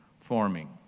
forming